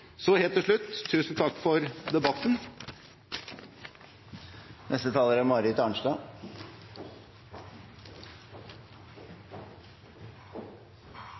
Helt til slutt: Tusen takk for debatten.